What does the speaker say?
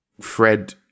Fred